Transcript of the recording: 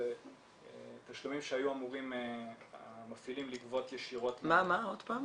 זה תשלומים שהיו אמורים המפעילים לגבות ישירות -- עוד פעם,